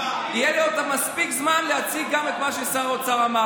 יהיה לי מספיק זמן להציג גם את מה ששר האוצר אמר.